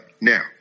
now